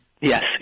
Yes